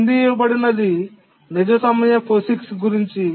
కింది ఇవ్వబడినది నిజ సమయ POSIX గురించి